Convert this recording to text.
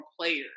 players